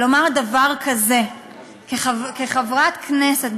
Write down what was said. לומר דבר כזה כחברת כנסת,